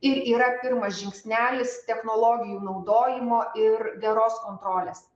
ir yra pirmas žingsnelis technologijų naudojimo ir geros kontrolės